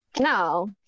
No